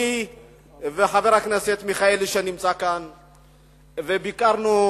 חבר הכנסת מיכאלי ואנוכי ביקרנו,